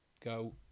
go